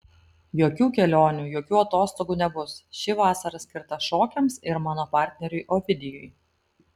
jokių kelionių jokių atostogų nebus ši vasara skirta šokiams ir mano partneriui ovidijui